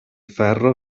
ferro